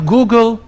Google